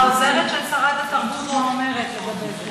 העוזרת של שרת התרבות, מה אומרת לגבי זה?